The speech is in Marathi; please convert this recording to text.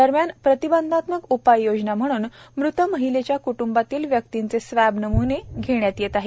दरम्यान प्रतिबंधात्मक उपाययोजना म्हणून मृत महिलेच्या क्टुंबातील व्यक्तींचे स्वॅब नमूने घेण्यात येत आहेत